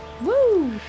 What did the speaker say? Woo